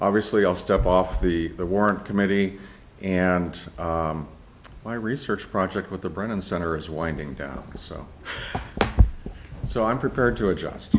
obviously i'll step off the the warrant committee and my research project with the brennan center is winding down so so i'm prepared to adjust